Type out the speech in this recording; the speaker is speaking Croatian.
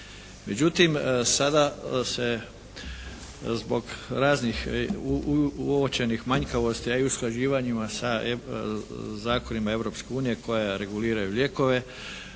Međutim sada se zbog raznih uočenih manjkavosti, a i usklađivanjima sa zakonima Europske unije koja reguliraju lijekove